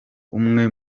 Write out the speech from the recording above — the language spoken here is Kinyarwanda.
umwe